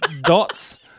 dots